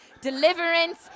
deliverance